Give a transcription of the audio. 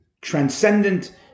transcendent